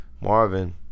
Marvin